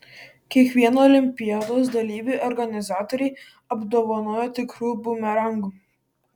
kiekvieną olimpiados dalyvį organizatoriai apdovanojo tikru bumerangu